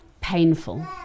painful